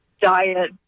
diet